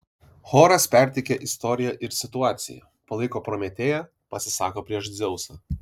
choras perteikia istoriją ir situaciją palaiko prometėją pasisako prieš dzeusą